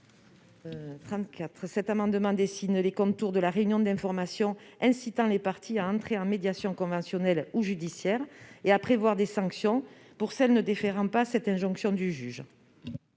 Cet amendement vise à dessiner les contours de la réunion d'information incitant les parties à entrer en médiation conventionnelle ou judiciaire et à prévoir des sanctions pour celles qui ne déféreraient pas à cette injonction du juge.